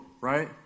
right